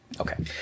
Okay